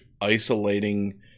isolating